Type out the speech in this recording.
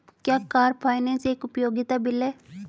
क्या car finance एक उपयोगिता बिल है?